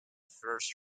first